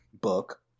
book